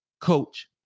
coach